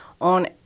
on